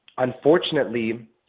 Unfortunately